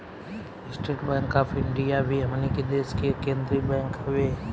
estate bank of India भी हमनी के देश के केंद्रीय बैंक हवे